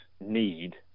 need